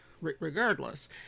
regardless